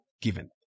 given